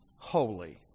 holy